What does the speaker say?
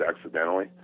accidentally